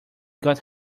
got